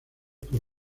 por